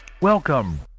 Welcome